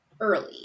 early